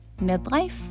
midlife